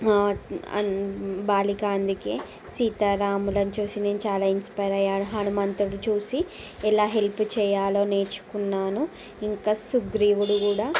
బాలికా అందుకే సీతారాములను చూసి నేను చాలా ఇంస్పైర్ అయ్యాను హనుమంతుడిని చూసి ఎలా హెల్ప్ చేయాలో నేర్చుకున్నాను ఇంకా సుగ్రీవుడు కూడా